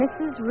Mrs